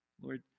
Lord